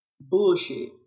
Bullshit